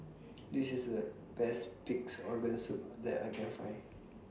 This IS The Best Pig'S Organ Soup that I Can Find